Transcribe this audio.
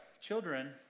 children